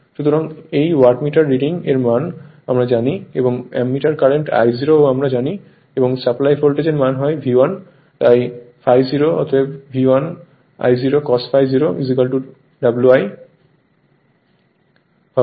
সুতরাং এই wattmeter reading এর মান আমরা জানি এবং অ্যামমিটার কারেন্ট I0 ও আমরা জানি এবং সাপ্লাই ভোল্টেজ এর মান হয় V1 তাই ∅0 অতএব V1 I0 Cos ∅ 0 Wi